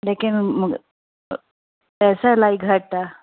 लेकिन पैसा इलाही घटि आहे